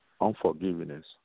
Unforgiveness